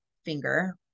finger